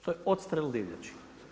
To je odstrel divljali.